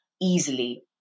easily